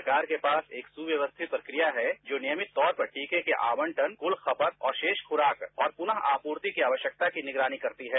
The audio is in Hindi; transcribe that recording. सरकार के पास एक सुव्यवस्थित प्रक्रिया है जो नियमित तौर पर टीके के आवंटन क्ल खपत और शेष खुराक और पुनरू आपूर्ति की आवश्यकता की निगरानी करती है